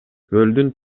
көлдүн